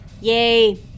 Yay